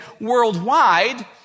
worldwide